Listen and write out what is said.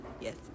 Yes